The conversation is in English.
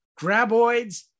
Graboids